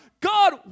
God